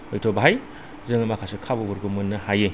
हयथ' बाहाय जोङो माखासे खाबुफोरखौ मोननो हायो